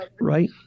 right